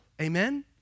Amen